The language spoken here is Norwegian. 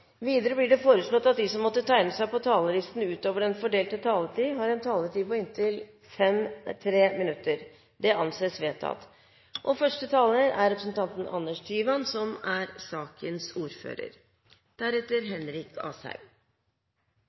Videre blir det foreslått at de som måtte tegne seg på talerlisten utover den fordelte taletid, får en taletid på inntil 3 minutter. – Det anses vedtatt. Denne saken omhandler et representantforslag fra Venstre, som